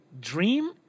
Dream